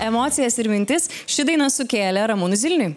emocijas ir mintis ši daina sukėlė ramūnui zilniui